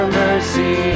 mercy